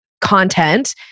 content